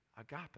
agape